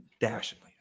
dashingly